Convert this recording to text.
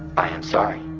i am sorry,